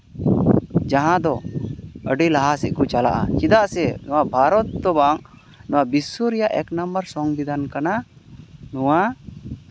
ᱡᱟᱦᱟᱸ ᱫᱚ ᱟᱹᱰᱤ ᱞᱟᱦᱟ ᱥᱮᱫ ᱠᱚ ᱪᱟᱞᱟᱜᱼᱟ ᱪᱮᱫᱟᱜ ᱥᱮ ᱱᱚᱣᱟ ᱵᱷᱟᱨᱚᱛ ᱫᱚ ᱵᱟᱝ ᱱᱚᱣᱟ ᱵᱤᱥᱥᱚ ᱨᱮᱭᱟᱜ ᱮᱹᱠ ᱱᱟᱢᱵᱟᱨ ᱥᱚᱝᱵᱤᱫᱷᱟᱱ ᱠᱟᱱᱟ ᱱᱚᱣᱟ